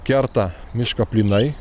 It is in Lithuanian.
kerta mišką plynai